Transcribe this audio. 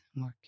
work